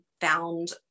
found